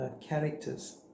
characters